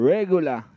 Regular